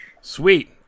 Sweet